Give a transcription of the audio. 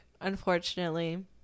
unfortunately